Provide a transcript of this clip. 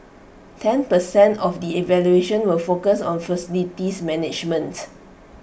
ten percent of the evaluation will focus on facilities management